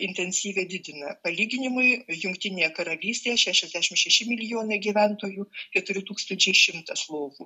intensyviai didina palyginimui jungtinėje karalystėje šešiasdešimt šeši milijonai gyventojų keturi tūkstančiai šimtas lovų